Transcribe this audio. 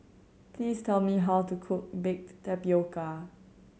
please tell me how to cook baked tapioca